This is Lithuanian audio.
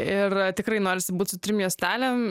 ir tikrai norisi būt su trim juostelėm